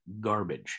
garbage